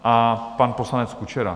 A pan poslanec Kučera.